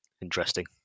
Interesting